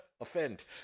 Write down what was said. offend